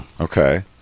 Okay